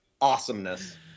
awesomeness